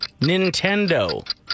nintendo